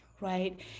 right